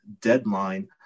deadline